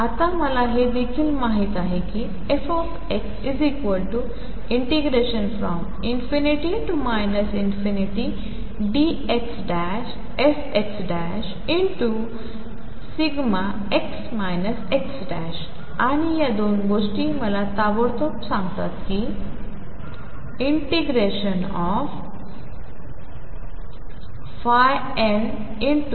आता मला हे देखील माहित आहे की fx ∞dxfxδx x आणि 2 गोष्टी मला ताबडतोब सांगतात कि nnxnxδx x